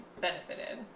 benefited